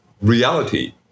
reality